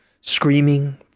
screaming